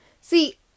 See